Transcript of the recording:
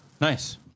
nice